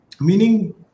meaning